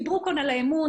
דיברו כאן על האמון,